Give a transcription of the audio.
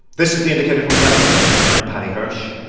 this is the indicator from planet money. i'm paddy hirsch.